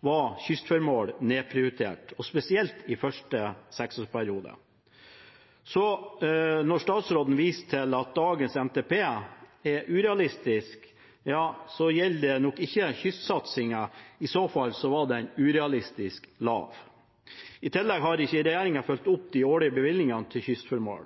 var kystformål nedprioritert, og spesielt i første seksårsperiode. Så når statsråden viser til at dagens NTP er urealistisk, gjelder det nok ikke kystsatsingen – i så fall var den urealistisk lav. I tillegg har ikke regjeringen fulgt opp de årlige bevilgningene til kystformål